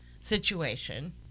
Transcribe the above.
situation